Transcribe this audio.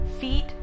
feet